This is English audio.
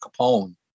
Capone